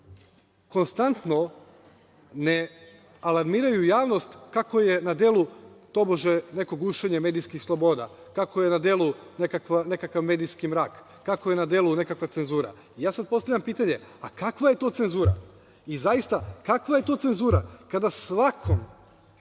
konstantno ne alarmiraju javnost kako je na delu tobože neko gušenje medijskih sloboda, kako je na delu nekakav medijski mrak, kako je na delu nekakva cenzura. Ja sada postavljam pitanje, a kakva je to cenzura? Zaista, kakva je to cenzura kada svako